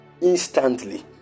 instantly